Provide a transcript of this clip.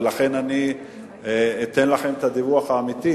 ולכן אני אתן לכם את הדיווח האמיתי,